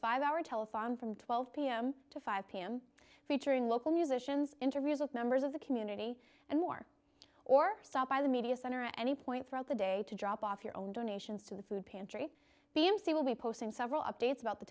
five hour telethon from twelve pm to five pm featuring local musicians interviews with members of the community and more or by the media center at any point throughout the day to drop off your own donations to the food pantry b m c will be posting several updates about the